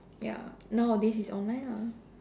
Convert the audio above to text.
ya nowadays is online ah